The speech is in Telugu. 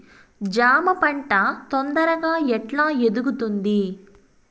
జామ పంట తొందరగా ఎట్లా ఎదుగుతుంది?